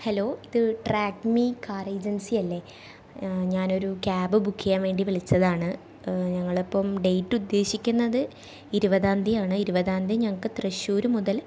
hello ഇത് track me car ഏജൻസിയല്ലെ ഞാനൊരു ക്യാബ് ബുക്ക് ചെയ്യാൻ വേണ്ടി വിളിച്ചതാണ് ഞങ്ങളിപ്പം ഡേറ്റ് ഉദ്ദേശിക്കുന്നത് ഇരുപതാം തിയതിയാണ് ഇരുപതാം തിയതി ഞങ്ങൾക്ക് തൃശ്ശൂർ മുതൽ